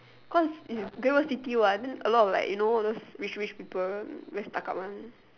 cause is Great-World-City what then a lot of like you know those rich rich people very stuck up one